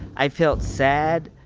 i felt sad,